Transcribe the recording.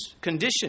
condition